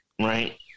Right